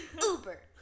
Uber